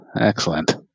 excellent